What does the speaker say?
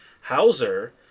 Hauser